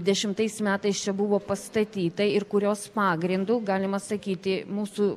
dešimtais metais čia buvo pastatyta ir kurios pagrindu galima sakyti mūsų